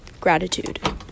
gratitude